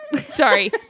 sorry